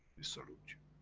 we salute you.